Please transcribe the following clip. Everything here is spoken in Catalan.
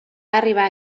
arribar